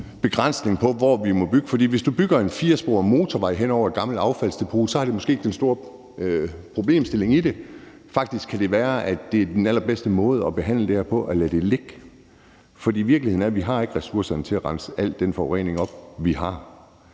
begrænsning på, hvor vi må bygge. For hvis du bygger en firesporet motorvej hen over et gammelt affaldsdepot, er der måske ikke den store problemstilling i det. Faktisk kan det være, at den allerbedste måde at behandle det her på er at lade det ligge. For virkeligheden er, at vi ikke har ressourcerne til at rense al den forurening op, vi har.